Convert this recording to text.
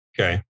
Okay